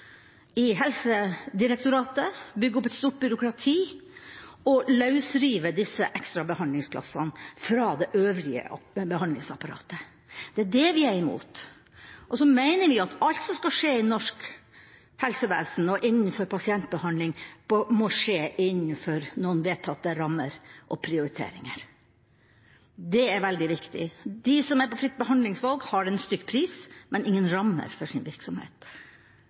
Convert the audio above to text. i Helsedirektoratet, bygge opp et stort byråkrati og løsrive disse ekstra behandlingsplassene fra det øvrige behandlingsapparatet. Det er det vi er imot. Og så mener vi at alt som skal skje i norsk helsevesen og innenfor pasientbehandling, må skje innenfor vedtatte rammer og prioriteringer. Det er veldig viktig. De som er på fritt behandlingsvalg, har en stykkpris, men ingen rammer for sin virksomhet.